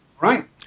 Right